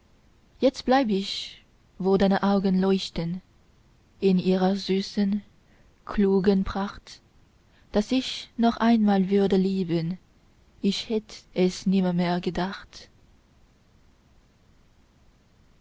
jetzt bleib ich wo deine augen leuchten in ihrer süßen klugen pracht daß ich noch einmal würde lieben ich hätt es nimmermehr gedacht